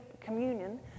communion